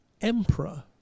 emperor